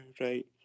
right